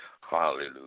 Hallelujah